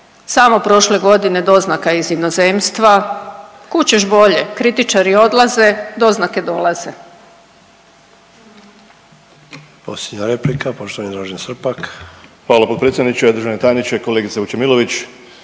samo prošle godine doznaka iz inozemstva, kud ćeš bolje, kritičari odlaze, doznake dolaze.